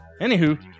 anywho